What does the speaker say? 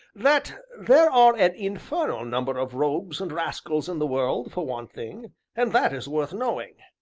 that there are an infernal number of rogues and rascals in the world, for one thing and that is worth knowing.